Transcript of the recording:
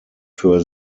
für